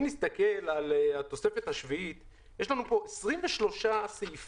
אם נסתכל על התוספת השביעית, יש לנו 23 סעיפים